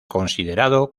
considerado